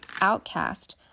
outcast